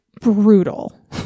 brutal